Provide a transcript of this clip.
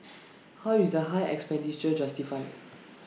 how is the high expenditure justified